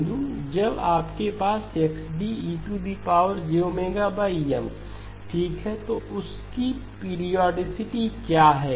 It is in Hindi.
जब आपके पास XD ejM ठीक है तो उस की पीरिओडीसिटी क्या है